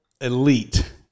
Elite